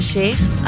Sheikh